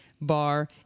bar